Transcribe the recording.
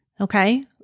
Okay